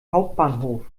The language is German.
hauptbahnhof